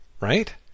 right